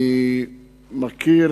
אני מכיר